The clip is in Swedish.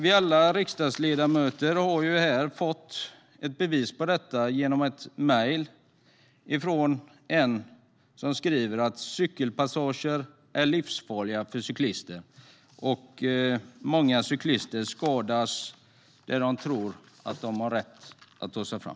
Vi riksdagsledamöter har fått bevis på detta i ett mejl från en person som skriver att cykelpassager är livsfarliga för cyklister, och många cyklister skadas där de tror att de har rätt att ta sig fram.